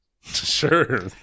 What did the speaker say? Sure